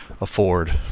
afford